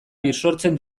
bisortzen